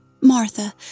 Martha